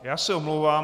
Já se omlouvám.